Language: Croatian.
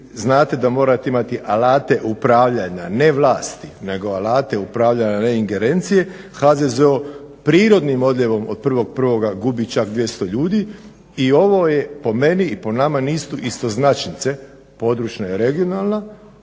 znate da morate imati alate upravljanja ne vlasti, nego alate upravljanja reingerencije HZZO prirodnim odljevom od 1.1. gubi čak 200 ljudi i ovo je po meni i po nama nisu istoznačnice područna i regionalna